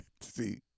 See